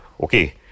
Okay